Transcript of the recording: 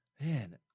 man